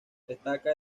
destaca